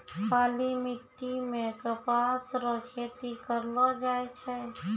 काली मिट्टी मे कपास रो खेती करलो जाय छै